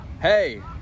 Hey